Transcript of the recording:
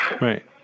Right